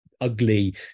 ugly